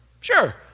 sure